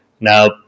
Now